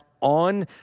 on